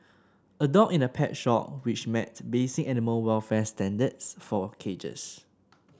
a dog in a pet shop which met basic animal welfare standards for cages